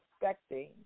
expecting